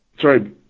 Sorry